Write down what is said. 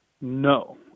No